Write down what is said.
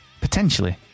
potentially